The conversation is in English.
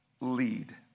lead